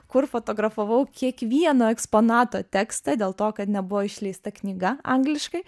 kur fotografavau kiekvieno eksponato tekstą dėl to kad nebuvo išleista knyga angliškai